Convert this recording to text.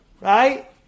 Right